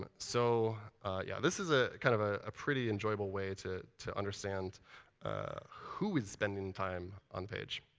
but so yeah this is a kind of ah a pretty enjoyable way to to understand who is spending time on page.